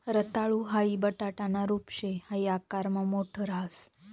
रताळू हाई बटाटाना रूप शे हाई आकारमा मोठ राहस